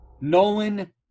Nolan